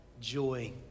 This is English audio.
joy